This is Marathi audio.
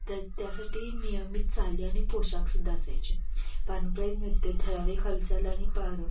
त्या त्यासाठी नियमित चाली आणि पोशाखसुद्धा असायचे पारंपरिक नृत्य ठराविक हालचाल आणि पारं